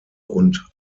und